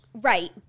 Right